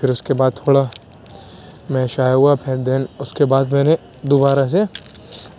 پھر اس کے بعد تھوڑا میں شائے ہوا پھر دین اس کے بعد میں نے دوبارہ سے